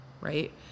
right